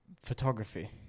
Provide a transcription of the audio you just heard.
Photography